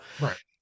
right